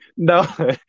No